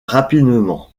rapidement